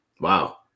Wow